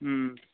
हमर